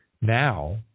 now